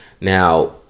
now